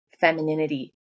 femininity